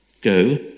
Go